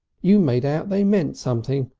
you made out they meant something.